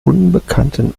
unbekannten